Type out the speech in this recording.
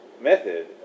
method